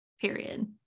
period